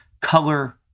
color